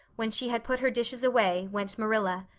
when she had put her dishes away, went marilla,